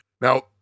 Now